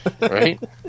right